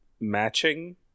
matching